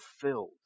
fulfilled